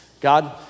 God